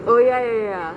oh ya ya ya ya